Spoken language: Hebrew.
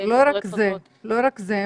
לא רק זה,